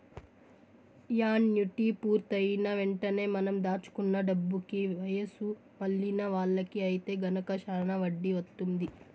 annuity పూర్తయిన వెంటనే మనం దాచుకున్న డబ్బుకి వయసు మళ్ళిన వాళ్ళకి ఐతే గనక శానా వడ్డీ వత్తుంది